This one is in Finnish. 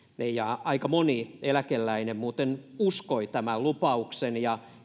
ja aika moni eläkeläinen muuten uskoi tämän lupauksen ja